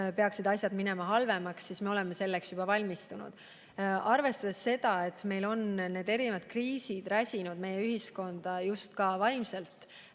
peaksid minema halvemaks, siis me oleksime selleks juba valmistunud. Arvestades seda, et erinevad kriisid on räsinud meie ühiskonda just ka vaimselt,